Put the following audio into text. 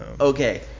Okay